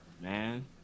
man